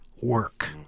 work